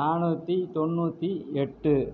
நாநூற்றி தொண்ணூற்றி எட்டு